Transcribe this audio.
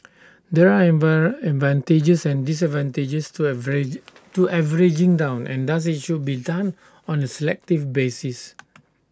there are advantages and disadvantages to average to averaging down and thus IT should be done on A selective basis